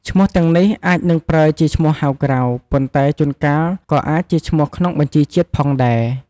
ឈ្មោះទាំងនេះអាចនឹងប្រើជាឈ្មោះហៅក្រៅ ប៉ុន្តែជួនកាលក៏អាចជាឈ្មោះក្នុងបញ្ជីជាតិផងដែរ។